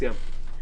זה גם בסדר.